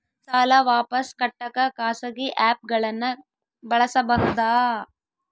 ಸಾಲ ವಾಪಸ್ ಕಟ್ಟಕ ಖಾಸಗಿ ಆ್ಯಪ್ ಗಳನ್ನ ಬಳಸಬಹದಾ?